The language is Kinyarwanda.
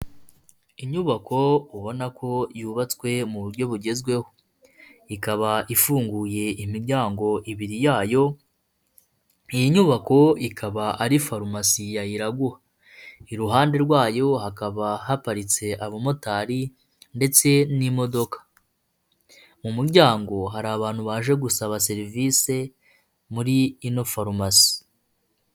Inyubako ubona ko yubatswe mu buryo bugezweho, ikaba ifunguye imiryango ibiri yayo, iyi nyubako ikaba ari farumasi ya Iraguha, iruhande rwayo hakaba haparitse abamotari ndetse n'imodoka, mu muryango hari abantu baje gusaba serivise muri ino farumasi.